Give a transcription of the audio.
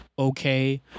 okay